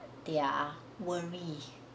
their worry